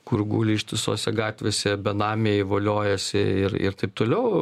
kur guli ištisose gatvėse benamiai voliojasi ir ir taip toliau